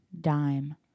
dime